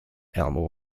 elmo